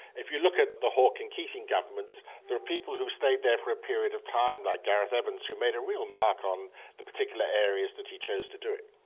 if you look at the hawke and keating governments there are people who stayed there for a period of time, like gareth evans who made a real mark on the particular areas that he chose to do it.